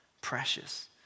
precious